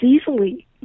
easily